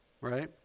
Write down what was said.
Right